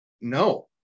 No